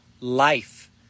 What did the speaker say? Life